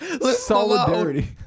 Solidarity